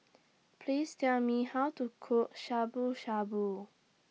Please Tell Me How to Cook Shabu Shabu